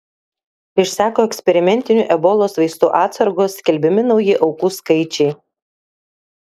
išseko eksperimentinių ebolos vaistų atsargos skelbiami nauji aukų skaičiai